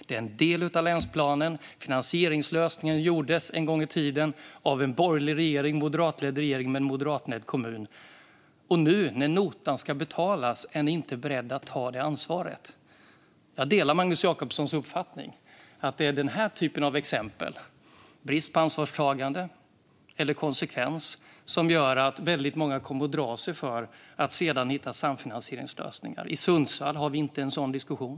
Det är en del av länsplanen. Finansieringslösningen utformades en gång i tiden av en borgerlig, moderatledd regering, tillsammans med en moderatledd kommun. Och nu, när notan ska betalas, är ni inte beredda att ta ansvaret. Jag delar Magnus Jacobssons uppfattning. Det är denna typ av exempel på brist på ansvarstagande och konsekvens som gör att väldigt många kommer att dra sig för att hitta samfinansieringslösningar framöver. I Sundsvall har vi inte en sådan diskussion.